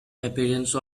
appearance